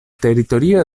teritorio